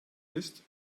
ist